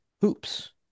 hoops